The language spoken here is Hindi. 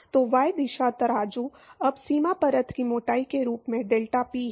तो y दिशा तराजू अब सीमा परत की मोटाई के रूप में डेल्टापी है